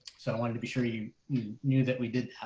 so i wanted to be sure you knew that we did.